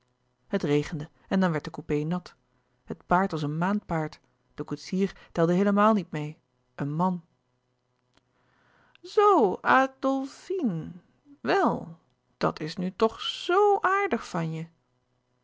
het regende en dan werd de coupé nat het paard was een maandpaard de koetsier telde heelemaal niet meê een man zoo adlfine wèl dat is nu toch zo aardig van je